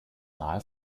nahe